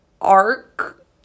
arc